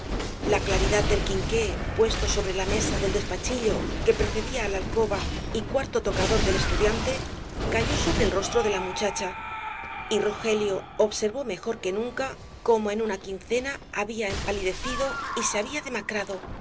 la claridad del quinqué puesto sobre la mesa del despachillo que precedía á la alcoba y cuarto tocador del estudiante cayó sobre el rostro de la muchacha y rogelio observó mejor que nunca cómo en una quincena había empalidecido y se había demacrado afinando y